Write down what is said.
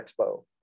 Expo